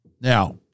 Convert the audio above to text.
Now